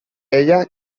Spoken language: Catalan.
ella